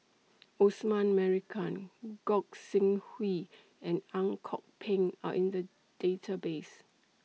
Osman Merican Gog Sing Hooi and Ang Kok Peng Are in The Database